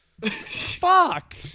Fuck